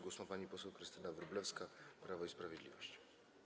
Głos ma pani poseł Krystyna Wróblewska, Prawo i Sprawiedliwość.